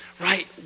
Right